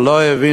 אבל לא הבינו,